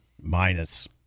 minus